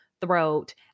throat